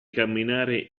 camminare